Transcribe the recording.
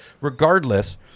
regardless